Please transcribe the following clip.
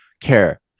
care